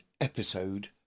episode